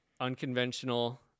unconventional